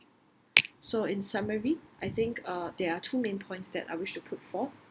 so in summary I think uh there are two main points that I wish to put forth